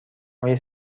های